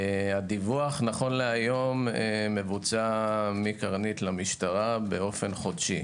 הדיווח נכון להיום מבוצע מקרנית למשטרה באופן חודשי.